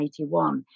1981